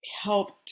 helped